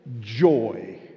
joy